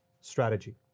strategy